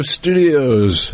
studios